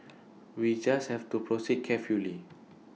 we just have to proceed carefully